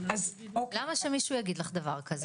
למה שמישהו יגיד לך את זה?